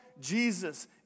Jesus